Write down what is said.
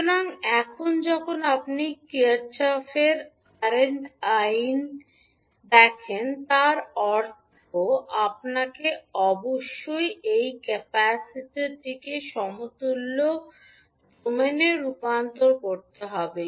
সুতরাং এখন যখন আপনি কারশফের কারেন্ট ল Kirchhoff's Current Lawদেখেন তার অর্থ আপনাকে অবশ্যই এই ক্যাপাসিটরকে সমতুল্য ডোমেনে রূপান্তর করতে হবে